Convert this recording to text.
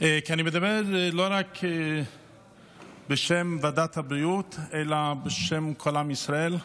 כי אני מדבר לא רק בשם ועדת הבריאות אלא בשם כל עם ישראל.